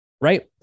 right